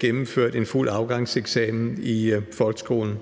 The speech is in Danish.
gennemført en fuld afgangseksamen i folkeskolen.